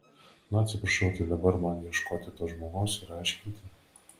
na atsiprašau tai dabar man ieškoti to žmogaus ir aiškinti